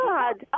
God